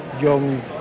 young